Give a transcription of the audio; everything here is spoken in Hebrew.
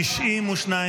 התשפ"ה 2024, נתקבל.